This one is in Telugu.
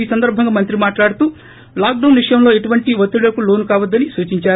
ఈ సందర్బంగా మంత్రి మాట్లాడుతూ లాక్ డౌన్ విషయంలో ఎటువంటి వత్తిడులకు లోనుకావద్దని సూచిందారు